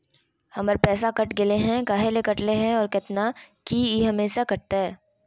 हमर पैसा कट गेलै हैं, काहे ले काटले है और कितना, की ई हमेसा कटतय?